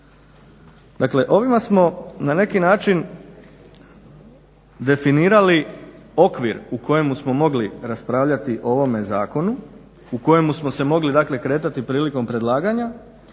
Dakle, ovime smo na neki način definirali okvir u kojemu smo mogli raspravljati o ovome zakonu u kojemu smo se mogli dakle kretati prilikom predlaganja